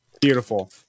Beautiful